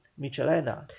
michelena